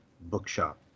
Bookshop